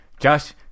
josh